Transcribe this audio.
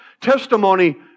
Testimony